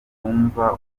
bumva